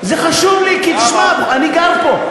זה חשוב לי כי, תשמע, אני גר פה.